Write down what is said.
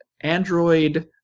Android